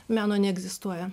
meno neegzistuoja